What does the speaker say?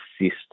assist